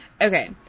Okay